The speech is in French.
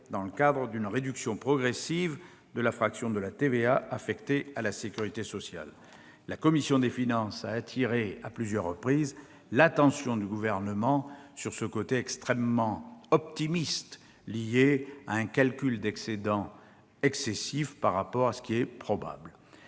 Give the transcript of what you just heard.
dans le cadre d'une réduction progressive de la fraction de TVA affectée à la sécurité sociale. La commission des finances a appelé à plusieurs reprises l'attention du Gouvernement sur cette vision extrêmement optimiste liée à un calcul d'excédents excessif par rapport à ce qui est probable.